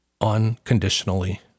unconditionally